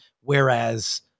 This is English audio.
Whereas